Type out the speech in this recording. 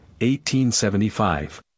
1875